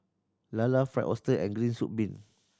lala Fried Oyster and green soup bean